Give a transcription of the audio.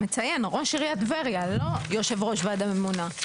מציין ראש עיריית טבריה לא יושב ראש ועדה ממונה.